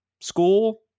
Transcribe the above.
school